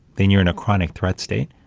then you're in a chronic threat state.